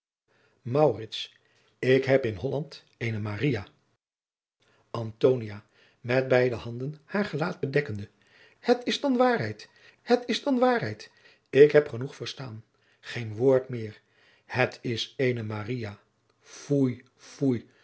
ik heb in holland eene maria antonia met beide handen haar gelaat bedekkende het is dan waarheid het is dan waarheid ik heb genoeg verstaan geen woord meer het is eene maria foei foei